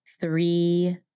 three